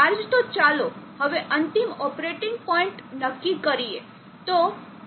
charge તો ચાલો હવે અંતિમ ઓપરેટિંગ પોઇન્ટ નક્કી કરીએ